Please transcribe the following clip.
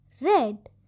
red